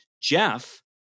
Jeff